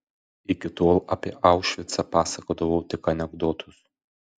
iki tol apie aušvicą pasakodavau tik anekdotus